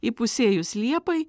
įpusėjus liepai